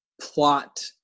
plot